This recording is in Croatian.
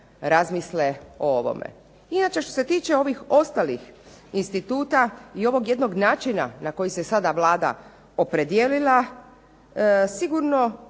razmisle o ovome. Inače što se tiče ovih ostalih instituta i ovog jednog način na koji se sada Vlada opredijelila, sigurno